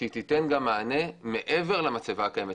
שתיתן מענה מעבר למצבה הקיימת.